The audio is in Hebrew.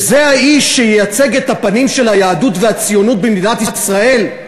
זה האיש שייצג את הפנים של היהדות והציונות במדינת ישראל?